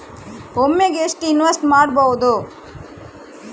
ಒಮ್ಮೆಗೆ ಎಷ್ಟು ಇನ್ವೆಸ್ಟ್ ಮಾಡ್ಬೊದು?